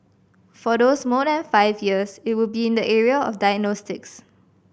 for those more than five years it would be in the area of diagnostics